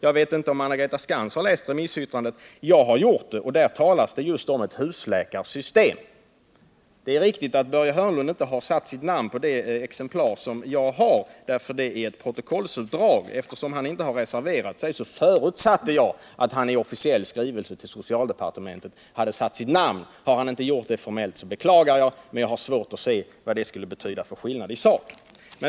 Jag vet inte om Anna-Greta Skantz har läst remissyttrandet. Jag har gjort det, och jag vet att det där talas om just ett husläkarsystem. Det är riktigt att Börje Hörnlund inte har satt sitt namn på det exemplar som jag har, för det är ett protokollsutdrag. Eftersom han inte reserverade sig förutsatte jag att han i en officiell skrivelse till socialdepartementet hade satt sitt namn på den. Har han gjort det, är det beklagligt, men jag har svårt att se vad det skulle göra för skillnad i sak.